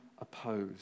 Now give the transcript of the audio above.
oppose